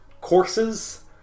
courses